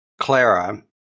Clara